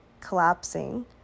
collapsing